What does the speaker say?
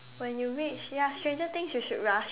when you reach ya Stranger Things you should rush